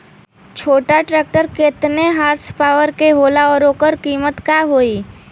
छोटा ट्रेक्टर केतने हॉर्सपावर के होला और ओकर कीमत का होई?